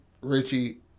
Richie